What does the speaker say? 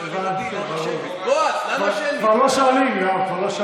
כבר לא שואלים.